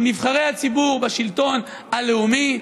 עם נבחרי הציבור בשלטון הלאומי,